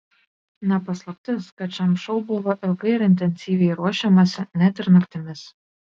ne paslaptis kad šiam šou buvo ilgai ir intensyviai ruošiamasi net ir naktimis